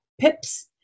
PIPs